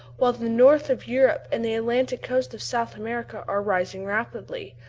while the north of europe and the atlantic coast of south america are rising rapidly.